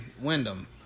Wyndham